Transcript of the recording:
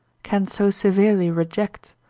can so severely reject,